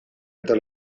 eta